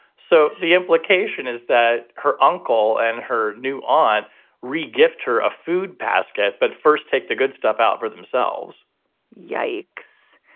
so the implication is that her uncle and her new on re gift her a food basket. but first, take the good stuff out for themselves yikes.